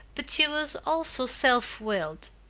but she was also self-willed.